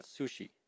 Sushi